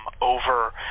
over